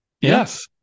Yes